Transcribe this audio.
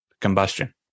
combustion